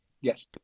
Yes